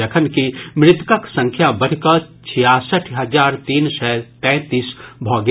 जखनकि मृतकक संख्या बढ़िकऽ छियारसठि हजार तीन सय तैतीस भऽ गेल